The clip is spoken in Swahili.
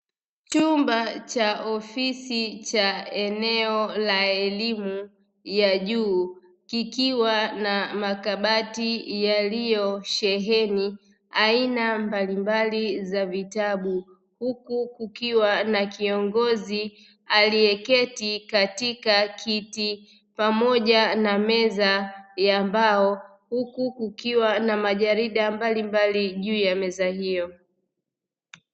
Chumba cha ofisi cha eneo la elimu ya juu, kikiwa na makabati yaliyo sheheni aina mbalimbali za vitabu, huku kukiwa na kiongozi aliyeketi katika kiti pamoja na meza ya mbao, huku kukiwa na majarida mbalimbali juu ya meza hiyo.